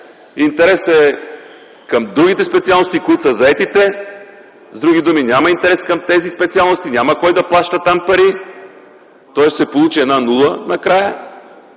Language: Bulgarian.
Интересът е към другите специалности, които са заетите – с други думи, няма интерес към тези специалности, няма кой да плаща там пари. Тоест накрая ще се получи една нула и